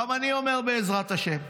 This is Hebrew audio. גם אני אומר "בעזרת השם",